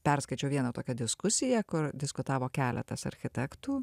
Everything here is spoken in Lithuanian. perskaičiau vieną tokią diskusiją kur diskutavo keletas architektų